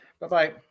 Bye-bye